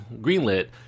Greenlit